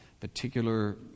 particular